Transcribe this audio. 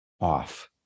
off